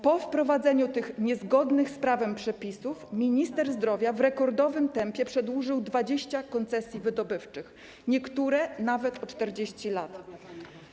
Po wprowadzeniu tych niezgodnych z prawem przepisów minister zdrowia w rekordowym tempie przedłużył 20 koncesji wydobywczych, niektóre nawet o 40 lat.